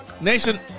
nation